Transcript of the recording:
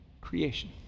creation